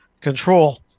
control